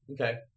Okay